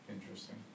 interesting